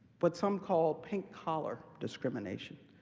what some call pink collar discrimination,